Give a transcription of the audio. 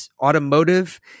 automotive